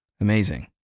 amazing